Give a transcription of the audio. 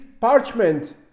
parchment